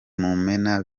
mumena